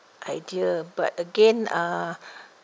idea but again uh